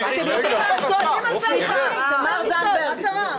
צועדים --- מה קרה?